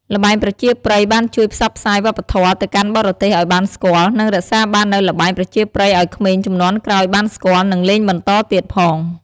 ល្បែងប្រជាប្រិយបានជួយផ្សព្វផ្សាយវប្បធម៌ទៅកាន់បរទេសឲ្យបានស្គាល់ និងរក្សាបាននូវល្បែងប្រជាប្រិយឲ្យក្មេងជំនាន់ក្រោយបានស្គាល់ និងលេងបន្តទៀតផង។